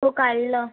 हो काढलं